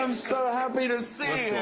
um so happy to see